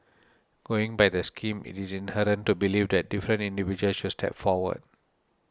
going by the scheme it is inherent to believe that different individuals should step forward